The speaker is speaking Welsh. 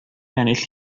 ennill